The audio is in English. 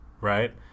right